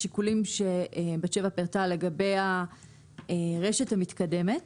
בשיקולים שבת שבע פירטה לגבי הרשת המתקדמת,